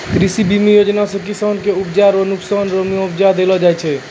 कृषि बीमा योजना से किसान के उपजा रो नुकसान रो मुआबजा देलो जाय छै